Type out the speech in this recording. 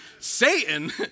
Satan